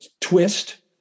twist